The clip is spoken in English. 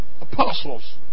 apostles